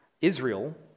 Israel